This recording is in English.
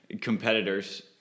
Competitors